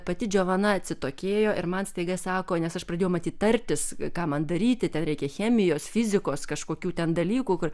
pati džovana atsitokėjo ir man staiga sako nes aš pradėjau matyt tartis ką man daryti ten reikia chemijos fizikos kažkokių ten dalykų kur